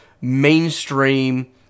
mainstream